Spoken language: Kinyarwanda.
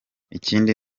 ikindi